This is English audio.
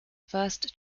first